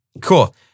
Cool